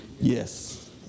Yes